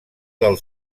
del